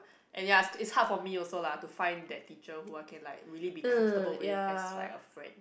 and ya it it is hard for me also lah to find that teacher whom I can like be comfortable with as like a friend